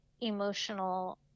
emotional